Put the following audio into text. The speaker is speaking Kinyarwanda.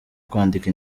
kwandika